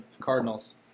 Cardinals